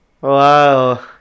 Wow